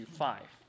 five